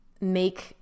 make